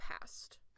past